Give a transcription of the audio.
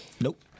Nope